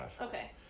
okay